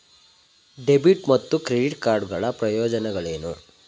Debit ಮತ್ತು credit card ಗಳ ಪ್ರಯೋಜನಗಳೇನು?